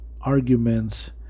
arguments